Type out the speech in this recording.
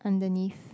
underneath